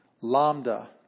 Lambda